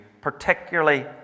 particularly